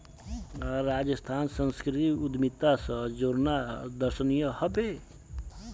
राजस्थानेर संस्कृतिक उद्यमिता स जोड़ना दर्शनीय ह बे